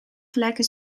gelijke